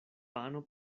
pano